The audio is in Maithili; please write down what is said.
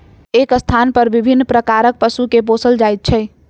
एक स्थानपर विभिन्न प्रकारक पशु के पोसल जाइत छै